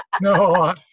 No